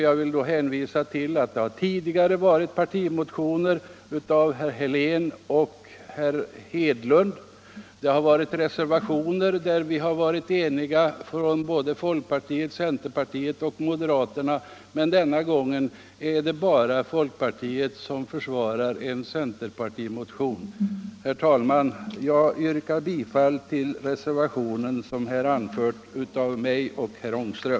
Jag vill då hänvisa till att det tidigare väckts partimotioner i denna fråga av herr Helén och herr Hedlund och att det har avgivits reservationer som centerpartister, folkpartister och moderater varit eniga om. Men denna gång är det bara folkpartiet som försvarar en centerpartimotion i frågan. Herr talman! Jag yrkar bifall till reservationen, som avgivits av mig och herr Ångström.